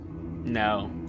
No